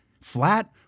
flat